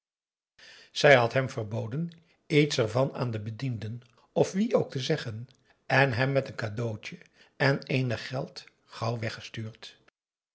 zij had hem verboden iets ervan aan de bedienden of wie ook te zeggen en hem met een cadeautje en eenig geld gauw weggestuurd